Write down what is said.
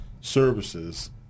services